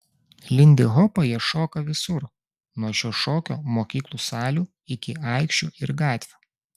lindihopą jie šoka visur nuo šio šokio mokyklų salių iki aikščių ir gatvių